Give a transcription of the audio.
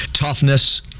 toughness